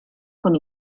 con